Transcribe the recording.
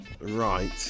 Right